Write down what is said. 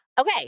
Okay